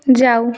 যাও